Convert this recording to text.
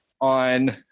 on